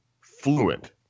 fluent